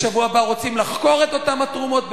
ביום רביעי בשבוע הבא רוצים לחקור את אותן תרומות,